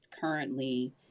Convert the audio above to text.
currently